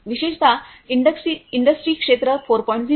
विशेषत इंडस्ट्री क्षेत्र 4